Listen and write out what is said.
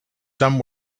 some